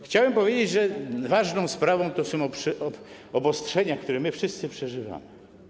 Chciałbym powiedzieć, że ważną sprawą są obostrzenia, które my wszyscy odczuwamy.